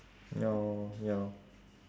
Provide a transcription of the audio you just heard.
ya lor ya lor